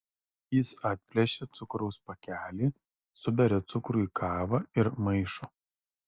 jis atplėšia cukraus pakelį suberia cukrų į kavą ir maišo